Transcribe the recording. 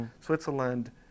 Switzerland